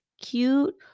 cute